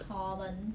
common